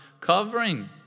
covering